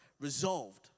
resolved